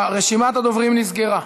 רשימת הדוברים נסגרה.